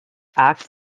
act